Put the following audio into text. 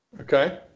Okay